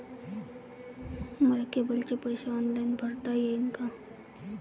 मले केबलचे पैसे ऑनलाईन भरता येईन का?